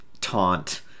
taunt